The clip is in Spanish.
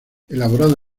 elaborado